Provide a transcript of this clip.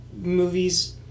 movies